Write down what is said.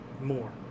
more